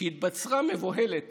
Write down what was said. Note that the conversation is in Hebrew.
שהתבצרה מבוהלת